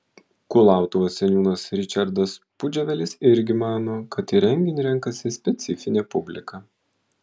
kulautuvos seniūnas ričardas pudževelis irgi mano kad į renginį renkasi specifinė publika